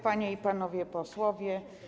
Panie i Panowie Posłowie!